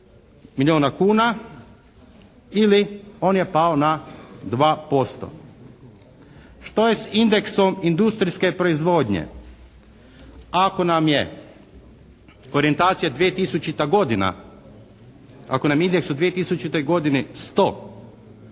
milijuna kuna ili on je pao na 2%. Što je s indeksom industrijske proizvodnje? Ako nam je orijentacija 2000. godina, ako nam je indeks u 2000. godini 100